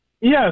Yes